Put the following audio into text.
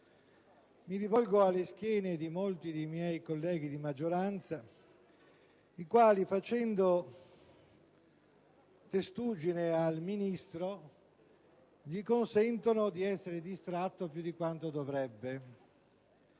Mi rivolgo alle schiene di molti miei colleghi di maggioranza, i quali, facendo in questo momento da testuggine al Ministro, gli consentono di essere distratto più di quanto dovrebbe.